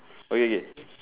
okay K